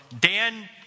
Dan